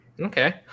Okay